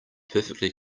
perfectly